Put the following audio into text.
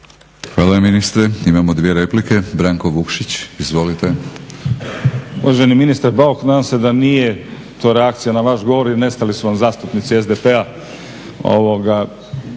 Hvala ministre. Imamo dvije replike. Branko Vukšić, izvolite.